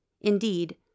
Indeed